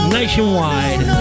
nationwide